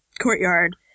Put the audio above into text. courtyard